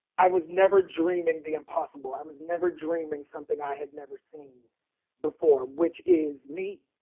i was never dreaming the impossible. i was never dreaming something i had never seen before, which is me.